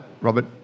Robert